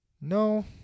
No